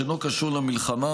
שאינו קשור למלחמה,